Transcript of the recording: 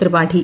Tripathi